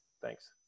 Thanks